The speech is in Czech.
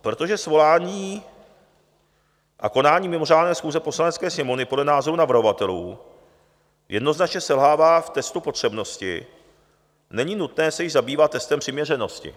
Protože svolání a konání mimořádné schůze Poslanecké sněmovny podle názoru navrhovatelů jednoznačně selhává v testu potřebnosti, není nutné se již zabývat testem přiměřenosti.